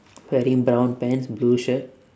wearing brown pants blue shirt